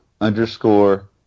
underscore